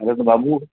ارے تو بابو